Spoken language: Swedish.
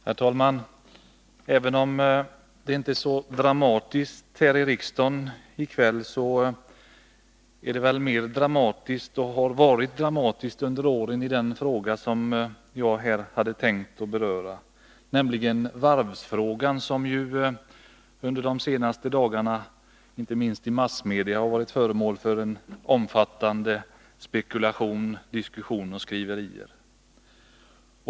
Herr talman! Även om det inte är så dramatiskt här i riksdagen i kväll, har det under åren varit desto mer dramatiskt i den fråga som jag här tänkte beröra, nämligen varvsfrågan. Under de senaste dagarna har den, inte minst i massmedia, återigen varit föremål för omfattande spekulationer, diskussioner och skriverier.